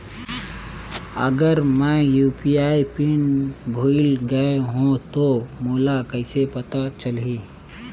अगर मैं UPI PIN भुल गये हो तो मोला कइसे पता चलही?